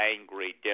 angry